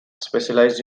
specialized